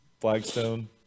flagstone